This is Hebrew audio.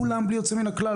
כולם בלי יוצא מן הכלל,